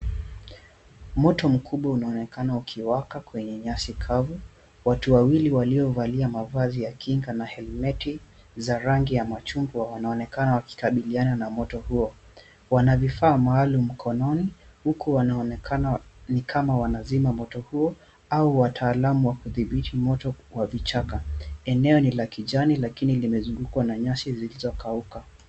Moto mkubwa unaonekana ukiwaka kwenye nyasi kavu. Watu wawili waliovalia mavazi ya kinga na helmeti za rangi ya machungwa wanaonekana wakikabiliana na moto huo. Wana vifaa maalum mkononi huku wanaonekana ni kama wanazima moto huu au wataalamu wa kudhibiti moto kwa vichaka. Eneo ni la kijani lakini limezungukwa na nyasi zilizokauka.